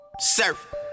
Surf